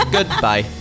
Goodbye